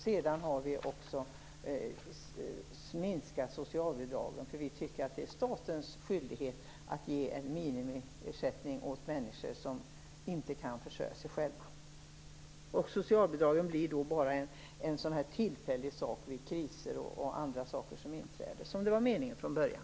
Sedan har vi också minskat socialbidragen, för vi tycker att det är statens skyldighet att ge en minimiersättning åt människor som inte kan försörja sig själva. Socialbidragen blir då bara något tillfälligt vid kriser och annat. Det blir som det var meningen från början.